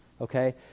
Okay